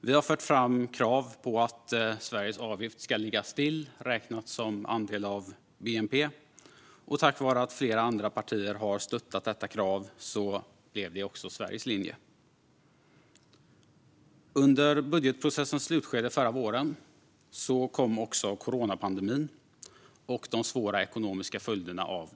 Vi har fört fram krav på att Sveriges avgift ska ligga stilla, räknad som andel av bnp. Och tack vare att flera andra partier har stöttat detta krav blev det också Sveriges linje. Under budgetprocessens slutskede förra våren kom coronapandemin och dess svåra ekonomiska följder.